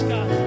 God